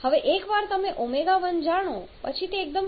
હવે એકવાર તમે ω1 જાણો પછી તે એકદમ સીધું છે